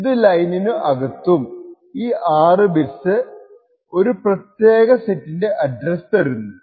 ഇത് ലൈനിനു അകത്തും ഈ 6 ബിറ്റ്സ് ഒരു പ്രത്യേക സെറ്റിന്റെ അഡ്രസ്സ് തരുന്നു